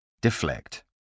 Deflect